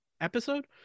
episode